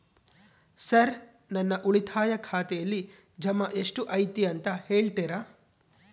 Sir ನನ್ನ ಉಳಿತಾಯ ಖಾತೆಯಲ್ಲಿ ಜಮಾ ಎಷ್ಟು ಐತಿ ಅಂತ ಹೇಳ್ತೇರಾ?